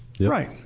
Right